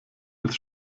als